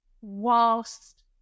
whilst